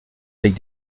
avec